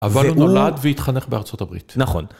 אבל הוא נולד והתחנך בארצות הברית. נכון.